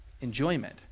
enjoyment